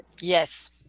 Yes